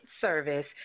service